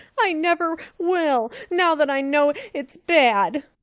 i never will, now that i know it's bad,